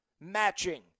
matching